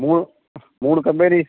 மூணு மூணு கம்பெனி